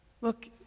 Look